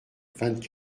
vingt